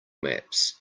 maps